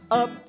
up